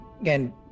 again